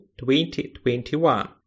2021